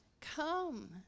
come